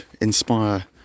inspire